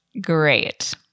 Great